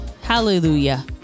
Hallelujah